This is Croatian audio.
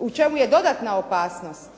u čemu je dodatna opasnost?